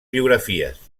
biografies